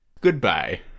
Goodbye